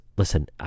Listen